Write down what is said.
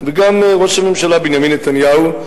וגם ראש הממשלה בנימין נתניהו,